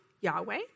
Yahweh